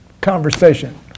conversation